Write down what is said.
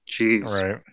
right